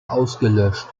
ausgelöscht